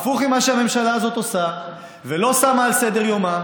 הפוך ממה שהממשלה הזאת עושה ולא שמה על סדר-יומה.